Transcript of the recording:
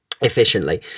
efficiently